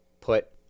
put